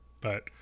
but-